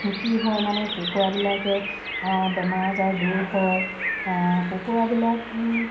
কি হয় মানে কুকুৰাবিলাকে বেমাৰ আজাৰ দূৰ হয় কুকুৰাবিলাক